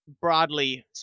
broadly